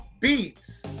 beats